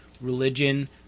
religion